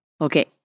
Okay